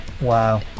Wow